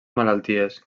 malalties